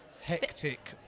hectic